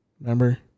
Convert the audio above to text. Remember